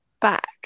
back